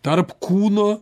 tarp kūno